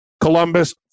Columbus